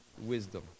wisdom